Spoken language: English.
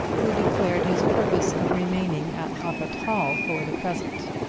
who declared his purpose of remaining at hoppet hall for the present.